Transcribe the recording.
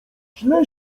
źle